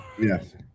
Yes